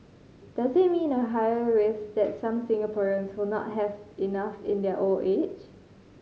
does it mean a higher risk that some Singaporeans will not have enough in their old age